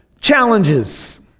challenges